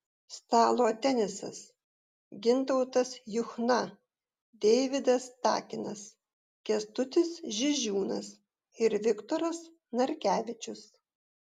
stalo tenisas gintautas juchna deividas takinas kęstutis žižiūnas ir viktoras narkevičius